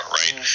right